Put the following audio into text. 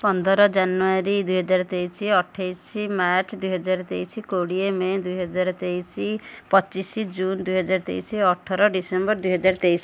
ପନ୍ଦର ଜାନୁଆରୀ ଦୁଇହଜାର ତେଇଶି ଅଠେଇଶି ମାର୍ଚ୍ଚ ଦୁଇହଜାର ତେଇଶି କୋଡ଼ିଏ ମେ ଦୁଇହଜାର ତେଇଶି ପଚିଶି ଜୁନ୍ ଦୁଇହଜାର ତେଇଶି ଅଠର ଡିସେମ୍ବର ଦୁଇହଜାର ତେଇଶି